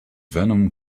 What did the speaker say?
venom